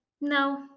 No